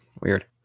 Weird